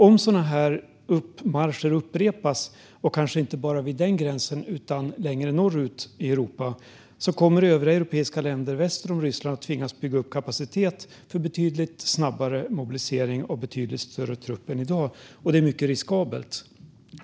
Om sådana marscher upprepas och kanske inte bara vid den gränsen utan även längre norrut i Europa kommer övriga europeiska länder väster om Ryssland att tvingas bygga upp kapacitet för betydligt snabbare mobilisering och betydligt större trupp än man kan uppbåda i dag. Det är mycket riskabelt.